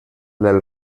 del